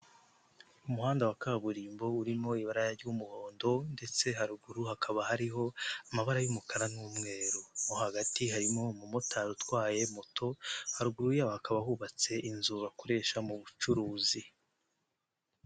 Umuhanda wa kaburimbo urimo ibara ry'umuhondo ndetse haruguru hakaba hariho amabara y'umukara n'umweru, mo hagati harimo umumotari utwaye moto, haruguru yawo bakaba hubatse inzu bakoresha mu bucuruzi.